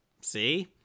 See